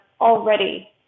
already